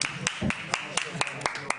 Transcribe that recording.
16:46.